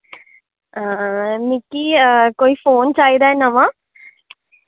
हां मिकी कोई फोन चाहिदा ऐ नमां